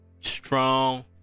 Strong